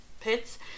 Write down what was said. pits